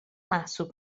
محسوب